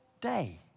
day